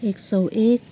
एक सौ एक